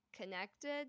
connected